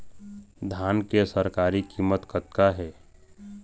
धान के सरकारी कीमत कतका हे?